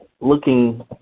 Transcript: looking